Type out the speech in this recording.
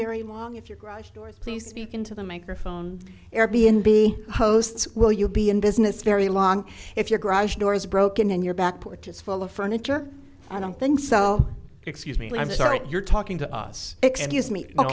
very long if your garage door please speak into the microphone air b n b hosts will you be in business very long if your garage door is broken in your back porch is full of furniture i don't think so excuse me i'm sorry you're talking to us excuse me o